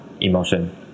emotion